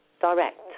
direct